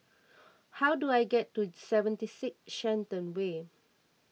how do I get to seventy six Shenton Way